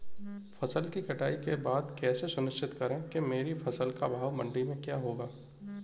फसल की कटाई के बाद कैसे सुनिश्चित करें कि मेरी फसल का भाव मंडी में क्या होगा?